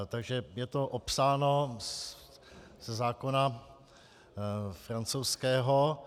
Takže je to opsáno ze zákona francouzského.